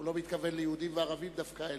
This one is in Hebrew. הוא לא מתכוון ליהודים וערבים דווקא,